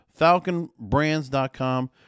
falconbrands.com